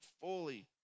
fully